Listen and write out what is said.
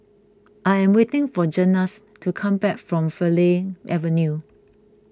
I am waiting for Zenas to come back from Farleigh Avenue